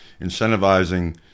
incentivizing